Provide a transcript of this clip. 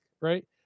right